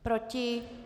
Proti?